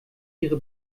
ihre